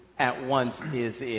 at once, is